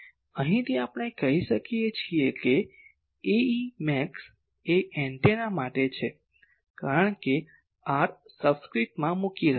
અહીંથી આપણે કહી શકીએ કે Ae max એ એન્ટેના માટે છે કારણકે r સબસ્ક્રીપ્ટ માં મૂકી રહ્યો છું